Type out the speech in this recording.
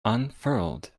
unfurled